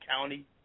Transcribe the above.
County